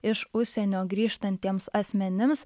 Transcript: iš užsienio grįžtantiems asmenims